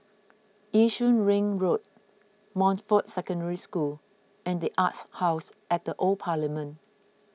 Yishun Ring Road Montfort Secondary School and the Arts House at the Old Parliament